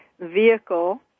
vehicle